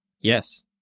Yes